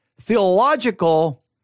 theological